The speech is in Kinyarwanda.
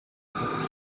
ibiciro